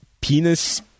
penis